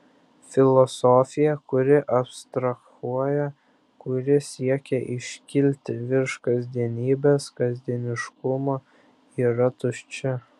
filosofija kuri abstrahuoja kuri siekia iškilti virš kasdienybės kasdieniškumo yra tuščia